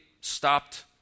stopped